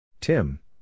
Tim